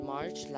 March